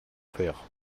faire